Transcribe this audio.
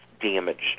damaged